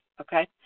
okay